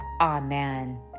Amen